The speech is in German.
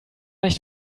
nicht